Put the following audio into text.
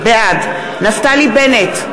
בעד נפתלי בנט,